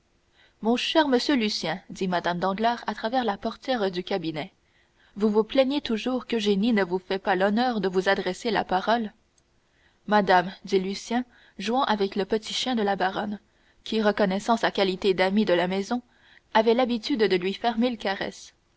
mon cher monsieur lucien dit mme danglars à travers la portière du cabinet vous vous plaignez toujours qu'eugénie ne vous fait pas l'honneur de vous adresser la parole madame dit lucien jouant avec le petit chien de la baronne qui reconnaissant sa qualité d'ami de la maison avait l'habitude de lui faire mille caresses